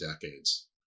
decades